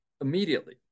immediately